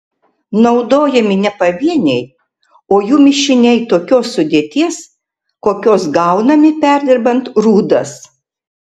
naudojami ne pavieniai o jų mišiniai tokios sudėties kokios gaunami perdirbant rūdas